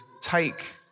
take